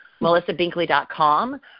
melissabinkley.com